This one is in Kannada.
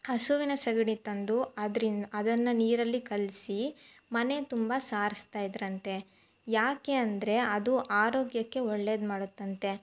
ಹಸುವಿನ ಸಗಣಿ ತಂದು ಅದ್ರಿನ್ ಅದನ್ನು ನೀರಲ್ಲಿ ಕಲಸಿ ಮನೆ ತುಂಬ ಸಾರಿಸ್ತಾ ಇದ್ದರಂತೆ ಯಾಕೆ ಅಂದರೆ ಅದು ಆರೋಗ್ಯಕ್ಕೆ ಒಳ್ಳೇದು ಮಾಡುತ್ತಂತೆ